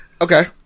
okay